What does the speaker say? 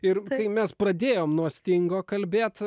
ir kai mes pradėjom nuo stingo kalbėt